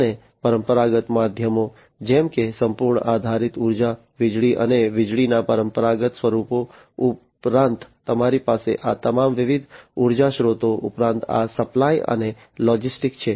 અને પરંપરાગત માધ્યમો જેમ કે સંપૂર્ણ આધારિત ઉર્જા વીજળી અને વીજળીના પરંપરાગત સ્વરૂપો ઉપરાંત તમારી પાસે આ તમામ વિવિધ ઉર્જા સ્ત્રોતો ઉપરાંત આ સપ્લાય અને લોજિસ્ટિક્સ છે